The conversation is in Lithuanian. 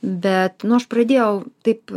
bet nu aš pradėjau taip